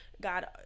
God